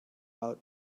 out